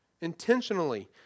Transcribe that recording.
intentionally